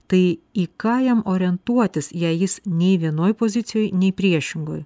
tai į ką jam orientuotis jei jis nei vienoj pozicijoj nei priešingoj